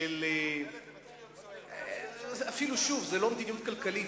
זאת אפילו לא מדיניות כלכלית,